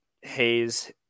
Hayes